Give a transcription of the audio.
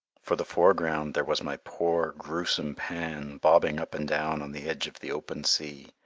for the foreground there was my poor, gruesome pan, bobbing up and down on the edge of the open sea,